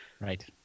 Right